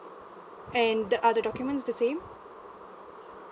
and the are the documents the same